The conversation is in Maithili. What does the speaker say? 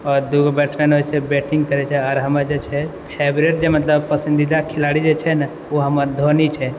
आओर दूगो बैट्समैन होइ छै बैटिंग करै छै आओर हमर जे छै फेवरेट मतलब पसन्दीदा खिलाड़ी जे छै ने ओ हमर धोनी छै